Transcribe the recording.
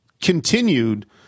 continued